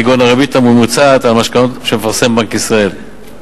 כגון הריבית הממוצעת על משכנתאות שמפרסם בנק ישראל.